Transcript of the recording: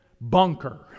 bunker